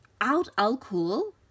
alcohol